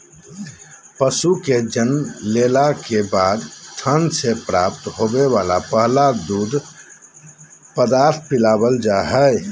पशु के जन्म लेला के बाद थन से प्राप्त होवे वला पहला दूध पदार्थ पिलावल जा हई